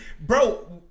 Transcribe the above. bro